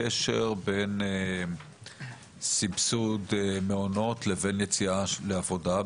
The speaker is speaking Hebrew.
קשר בין סבסוד מעונות לבין יציאה לעבודה,